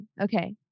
Okay